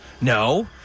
no